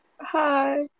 hi